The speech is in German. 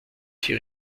die